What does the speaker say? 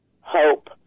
hope